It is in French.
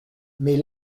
mais